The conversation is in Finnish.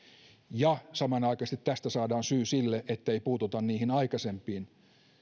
ja samanaikaisesti tästä saadaan syy sille ettei puututa niihin aikaisempiin